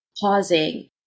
pausing